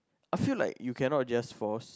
I feel like you cannot just force